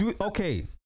okay